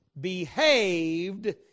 behaved